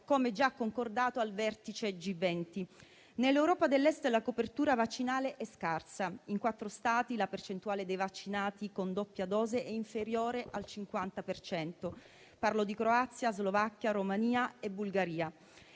come già concordato al vertice G20. Nell'Europa dell'Est la copertura vaccinale è scarsa; in quattro Stati la percentuale dei vaccinati con doppia dose è inferiore al 50 per cento. Parlo di Croazia, Slovacchia, Romania e Bulgaria.